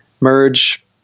merge